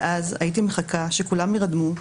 ואז הייתי מחכה שכולם יירדמו,